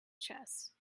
chests